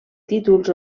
títols